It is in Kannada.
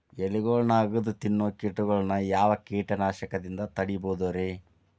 ಎಲಿಗೊಳ್ನ ಅಗದು ತಿನ್ನೋ ಕೇಟಗೊಳ್ನ ಯಾವ ಕೇಟನಾಶಕದಿಂದ ತಡಿಬೋದ್ ರಿ?